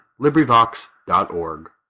LibriVox.org